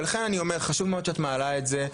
ולכן אני אומר חשוב מאוד שאת מעלה את זה,